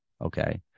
Okay